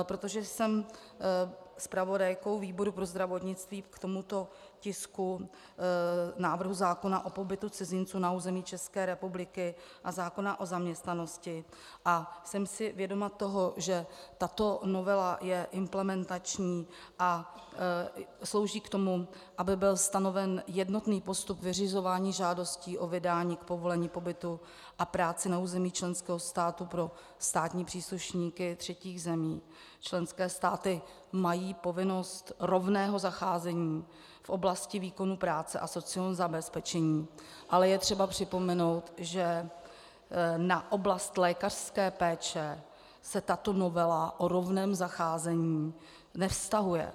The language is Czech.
Protože jsem zpravodajkou výboru pro zdravotnictví k tomuto tisku, k návrhu zákona o pobytu cizinců na území České republiky a zákona o zaměstnanosti, a jsem si vědoma toho, že tato novela je implementační a slouží k tomu, aby byl stanoven jednotný postup vyřizování žádostí o vydání povolení k pobytu a práci na území členského státu pro státní příslušníky třetích zemí, členské státy mají povinnost rovného zacházení v oblasti výkonu práce a sociálního zabezpečení, ale je třeba připomenout, že na oblast lékařské péče se tato novela o rovném zacházení nevztahuje.